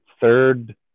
third